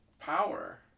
power